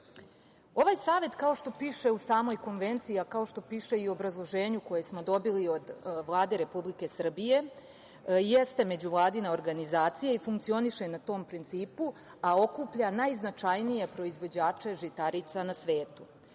Savet, kao što piše u samoj Konvenciji, a kao što piše u obrazloženju koji smo dobili od Vlade Republike Srbije, jeste međuvladina organizacija i funkcioniše na tom principu, a okuplja najznačajnije proizvođače žitarica na svetu. Uloga